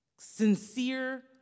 sincere